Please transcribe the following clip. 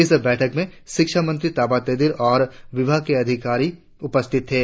इस बैठक में शिक्षा मंत्री ताबा तेदिर और विभाग के अधिकारी उपस्थित थे